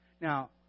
Now